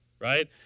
right